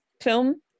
film